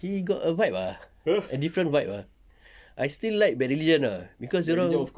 he got a vibe ah a different vibe I still like bad religion ah cause dorang